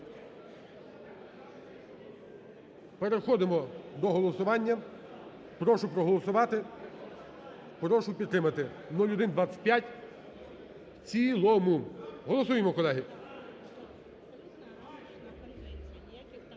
переходимо до голосування. Прошу проголосувати, прошу підтримати 0125 в цілому. Голосуємо, колеги.